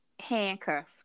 handcuffed